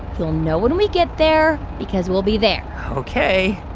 you'll know when we get there because we'll be there ok.